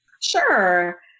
Sure